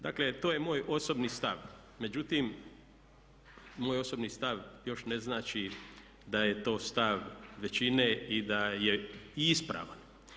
Dakle, to je moj osobni stav, međutim moj osobni stav još ne znači da je to stav većine i da je i ispravan.